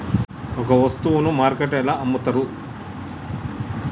ఒక వస్తువును మార్కెట్లో ఎలా అమ్ముతరు?